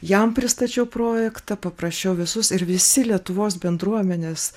jam pristačiau projektą paprasčiau visus ir visi lietuvos bendruomenės